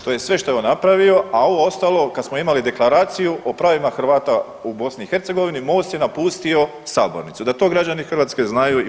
To je sve što je on napravio, a ovo ostalo kad smo imali deklaraciju o pravima Hrvata u BiH MOST je napustio sabornicu, da to građani Hrvatske znaju i BiH.